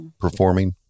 performing